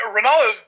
Ronaldo